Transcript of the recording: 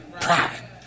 pride